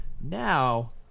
Now